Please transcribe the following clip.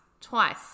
twice